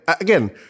again